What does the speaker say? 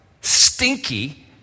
stinky